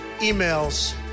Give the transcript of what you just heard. emails